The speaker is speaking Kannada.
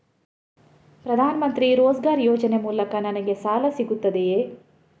ಪ್ರದಾನ್ ಮಂತ್ರಿ ರೋಜ್ಗರ್ ಯೋಜನೆ ಮೂಲಕ ನನ್ಗೆ ಸಾಲ ಸಿಗುತ್ತದೆಯೇ?